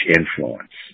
influence